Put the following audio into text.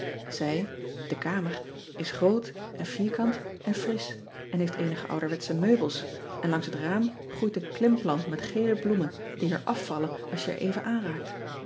ij de kamer is groot en vierkant en frisch en heeft eenige ouderwetsche meubels en langs het raam groeit een klimplant met gele bloemen die er afvallen als je er even